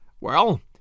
Well